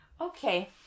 Okay